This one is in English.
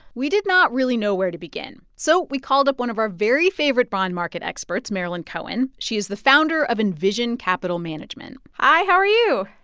we did not really know where to begin, so we called up one of our very favorite bond market experts, marilyn cohen. she is the founder of envision capital management hi. how are you?